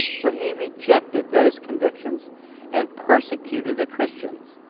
but he rejected those convictions and persecuted the christians.